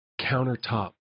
countertop